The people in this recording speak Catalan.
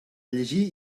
llegir